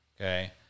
Okay